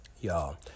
Y'all